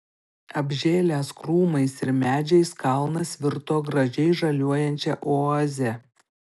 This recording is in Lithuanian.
apžėlęs krūmais ir medžiais kalnas virto gražiai žaliuojančia oaze